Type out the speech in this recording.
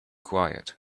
quiet